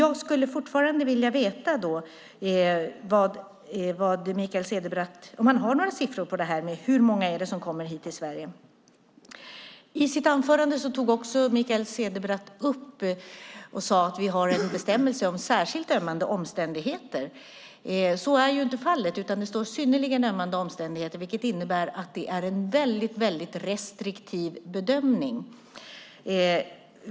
Jag skulle därför vilja veta om Mikael Cederbratt har några siffror på hur många som kommer till Sverige. I sitt anförande sade Mikael Cederbratt också att vi har en bestämmelse om särskilt ömmande omständigheter. Så är inte fallet, utan det står "synnerligen ömmande omständigheter", vilket innebär att det är fråga om en mycket restriktiv bedömning.